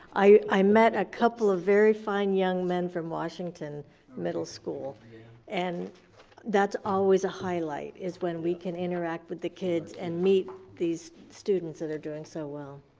i met a couple of very fine young men from washington middle school and that's always a highlight is when we can interact with the kids and meet these students that are doing so well.